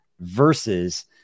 Versus